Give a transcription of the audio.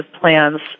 plans